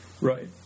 Right